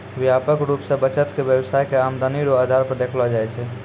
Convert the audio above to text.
व्यापक रूप से बचत के व्यवसाय के आमदनी रो आधार पर देखलो जाय छै